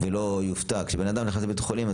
כדי שאדם לא יופתע כשהוא נכנס לבית חולים.